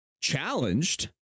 Challenged